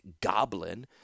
Goblin